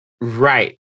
Right